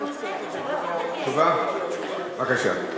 בבקשה.